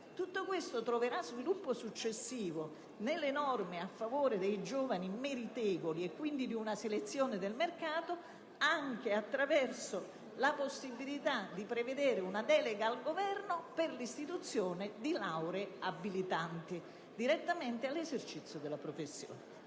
Tutto questo troverà sviluppo successivo nelle norme a favore dei giovani meritevoli e per la selezione del mercato anche attraverso la possibilità di prevedere una delega al Governo per l'istituzione di lauree abilitanti direttamente all'esercizio della professione.